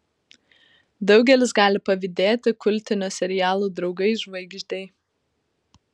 daugelis gali pavydėti kultinio serialo draugai žvaigždei